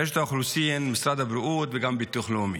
רשות האוכלוסין, משרד הבריאות וגם ביטוח לאומי.